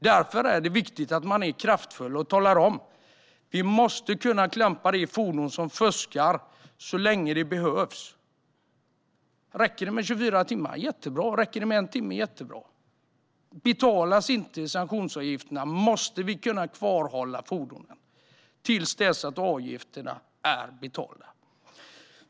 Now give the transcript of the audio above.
Det är viktigt att man är kraftfull och talar om att vi måste kunna klampa de fordon som fuskar, så länge det behövs. Om det räcker med 24 timmar är det jättebra, likaså om det räcker med en timme. Om sanktionsavgifterna inte betalas måste vi kunna kvarhålla fordonen till dess att avgifterna är betalda.